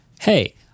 hey